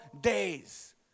days